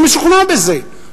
אני משוכנע בזה,